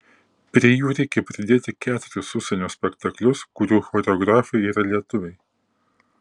prie jų reikia pridėti keturis užsienio spektaklius kurių choreografai yra lietuviai